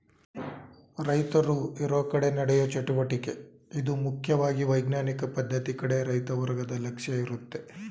ರೈತರು ಇರೋಕಡೆ ನಡೆಯೋ ಚಟುವಟಿಕೆ ಇದು ಮುಖ್ಯವಾಗಿ ವೈಜ್ಞಾನಿಕ ಪದ್ಧತಿ ಕಡೆ ರೈತ ವರ್ಗದ ಲಕ್ಷ್ಯ ಇರುತ್ತೆ